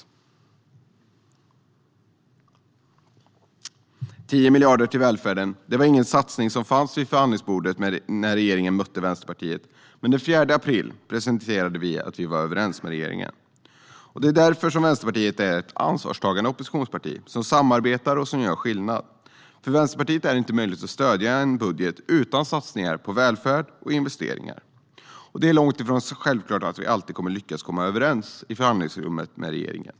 Satsningen med 10 miljarder till välfärden fanns inte med vid förhandlingsbordet när regeringen mötte Vänsterpartiet. Men den 4 april presenterade vi att vi var överens med regeringen. Det är därför som Vänsterpartiet är ett ansvarstagande oppositionsparti som samarbetar och gör skillnad. För Vänsterpartiet är det inte möjligt att stödja en budget utan satsningar på välfärd och investeringar. Det är långt ifrån självklart att vi alltid lyckas komma överens med regeringen i förhandlingsrummet.